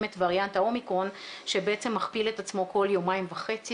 את ווריאנט האומיקרון שבעצם מכפיל את עצמו כל יומיים וחצי,